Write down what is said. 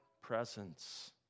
presence